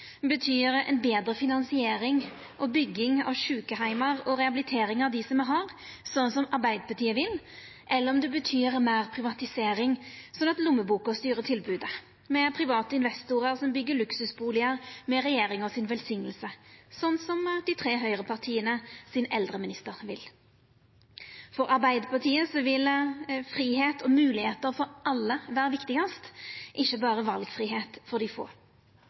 betyr ei betre finansiering og bygging av sjukeheimar og rehabilitering av dei som me har, slik som Arbeidarpartiet vil, eller om det betyr meir privatisering, slik at lommeboka styrer tilbodet. Me har private investorar som byggjer luksusbustader med regjeringas velsigning, slik som de tre høgrepartia sin eldreminister vil. For Arbeidarpartiet vil fridom og moglegheiter for alle vera viktigast, ikkje berre valfridom for dei få.